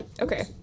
Okay